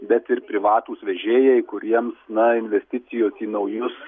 bet ir privatūs vežėjai kuriems na investicijos į naujus